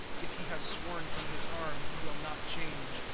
if he has sworn to his harm, he will not change.